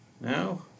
now